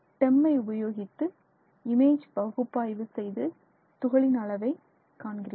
TEM ஐ உபயோகித்து image பகுப்பாய்வு செய்து துகளின் அளவை காண்கிறீர்கள்